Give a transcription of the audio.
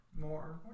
More